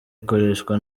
ikoreshwa